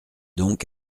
donc